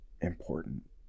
important